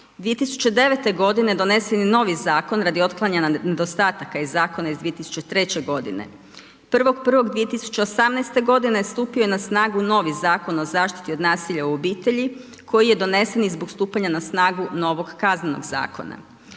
2009. godine donesen je novi zakon radi otklanjanja nedostataka iz zakona iz 2003. godine. 1.1.2018. godine stupio je novi Zakon o zaštiti od nasilja u obitelji koji je donesen i zbog stupanja na snagu novog Kaznenog zakona.